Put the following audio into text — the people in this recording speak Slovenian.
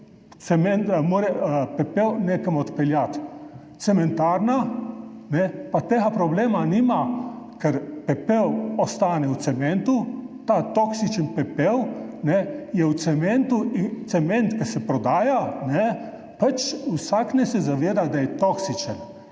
mora pepel nekam odpeljati, cementarna pa tega problema nima, ker pepel ostane v cementu, ta toksični pepel je v cementu. In za cement, ki se prodaja, naj se vsak zaveda, da je toksičen.